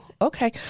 Okay